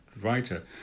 writer